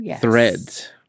threads